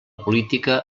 política